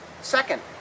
Second